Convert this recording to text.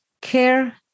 care